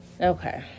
Okay